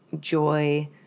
joy